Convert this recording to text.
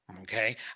Okay